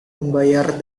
membayar